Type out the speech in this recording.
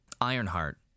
ironheart